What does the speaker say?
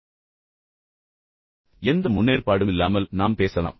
பின்னர் எந்த முன்னேற்பாடும் இல்லாமல் நாம் பேசலாம்